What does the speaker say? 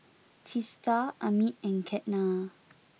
Teesta Amit and Ketna